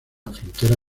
frontera